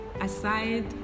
aside